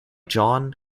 john